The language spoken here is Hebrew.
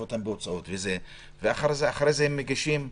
אותם בהוצאות ואחרי זה מגישים תביעה,